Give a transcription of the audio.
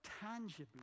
tangibly